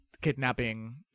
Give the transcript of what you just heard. kidnapping